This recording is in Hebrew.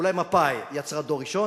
אולי מפא"י יצרה דור ראשון,